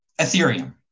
ethereum